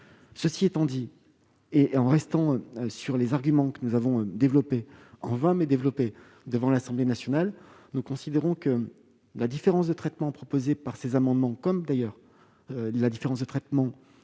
Cela étant, et en nous en tenant aux arguments que nous avons développés en vain devant l'Assemblée nationale, nous considérons que la différence de traitement proposée au travers de ces amendements, comme d'ailleurs la différence de traitement